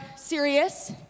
serious